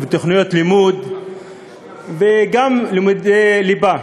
תוכניות לימוד וגם לימודי ליבה.